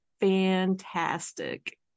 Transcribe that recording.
fantastic